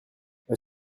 est